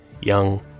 young